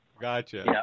Gotcha